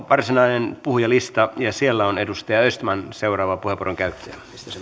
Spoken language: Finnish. varsinainen puhujalista ja siellä on edustaja östman seuraava puheenvuoron käyttäjä